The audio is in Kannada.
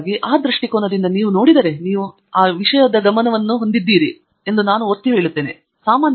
ಹಾಗಾಗಿ ಆ ದೃಷ್ಟಿಕೋನದಿಂದ ನೀವು ಅದನ್ನು ನೋಡಿದರೆ ನೀವು ಈ ವಿಷಯದ ಗಮನವನ್ನು ಹೊಂದಿದ್ದೀರಿ ಎಂದು ನಾವು ಒತ್ತಿಹೇಳುತ್ತೇವೆ